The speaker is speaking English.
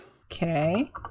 Okay